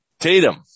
Tatum